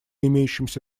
имеющимся